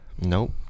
nope